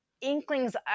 inklings